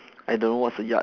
I don't know what's a yard